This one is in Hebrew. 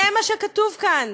זה מה שכתוב כאן.